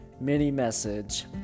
mini-message